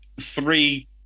three